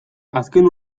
azken